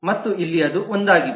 ಮತ್ತು ಇಲ್ಲಿ ಅದು ಒಂದಾಗಿದೆ